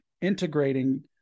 integrating